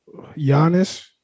Giannis